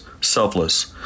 selfless